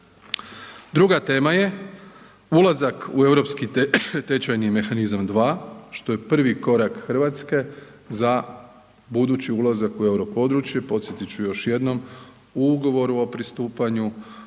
Druga tema je ulazak u europski tečajni mehanizam dva, što je prvi korak Hrvatske za budući ulazak u euro područje. Podsjetit ću još jednom u ugovoru o pristupanju